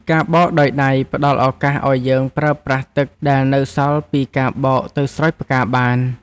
ការបោកដោយដៃផ្តល់ឱកាសឱ្យយើងប្រើប្រាស់ទឹកដែលនៅសល់ពីការបោកទៅស្រោចផ្កាបាន។